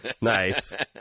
Nice